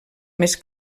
més